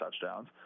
touchdowns